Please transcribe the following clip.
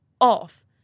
off